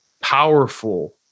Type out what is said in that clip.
powerful